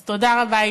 אז תודה רבה,